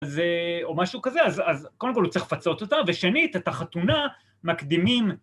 או משהו כזה, אז קודם כל הוא צריך לפצות אותה, ושנית, את החתונה מקדימים...